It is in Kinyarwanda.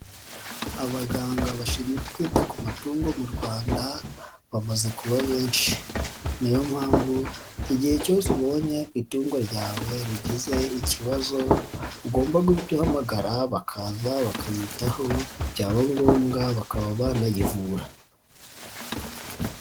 Abaganga bashinzwe kwita ku matungo mu Rwanda bamaze kuba benshi ni yo mpamvu igihe cyose ubonye itungo ryawe rigizeyo ikibazo ugomba guhita uhamagara bakaza bakayitaho byaba ngombwa bakaba banarivura.